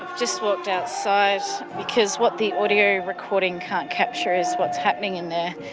just walked outside because what the audio recording can't capture is what's happening in there,